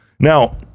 Now